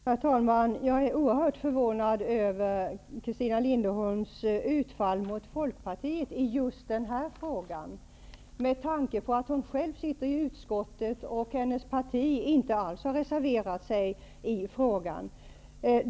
Herr talman! Jag är oerhört förvånad över Christina Linderholms utfall mot Folkpartiet i just denna fråga med tanke på att hon själv sitter i utskottet och att hennes parti inte har reserverat sig i frågan.